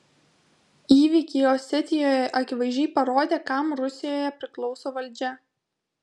įvykiai osetijoje akivaizdžiai parodė kam rusijoje priklauso valdžia